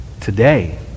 today